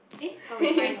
eh oh is mine